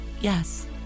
yes